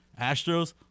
Astros